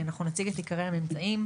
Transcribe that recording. אנחנו נציג את עיקרי הממצאים.